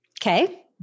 Okay